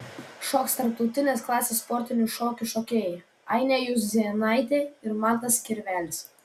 šoks tarptautinės klasės sportinių šokių šokėjai ainė juzėnaitė ir mantas kirvelis